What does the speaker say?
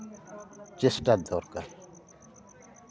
ᱪᱮᱥᱴᱟ ᱫᱚᱨᱠᱟᱨ